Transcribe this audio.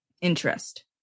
interest